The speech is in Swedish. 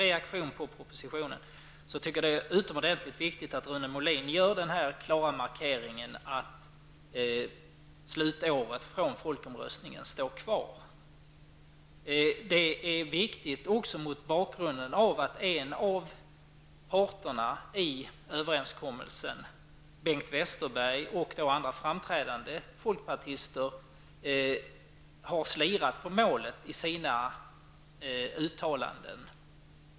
Jag tycker därför att det är utomordentligt viktigt att Rune Molin gör denna klara markering att slutåret från resultatet av folkomröstningen står kvar. Det är också viktigt mot bakgrund av att en av parterna i överenskommelsen, Bengt Westerberg och andra framträdande folkpartister, har slirat på målet i sina uttalanden.